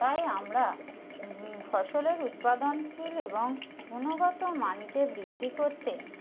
তাই আমরা ফসলের উৎপাদনশীল এবং গুণগত মানকে বৃদ্ধি করতে